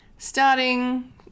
Starting